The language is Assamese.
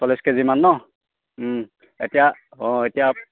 চল্লিছ কেজিমান ন এতিয়া অঁ এতিয়া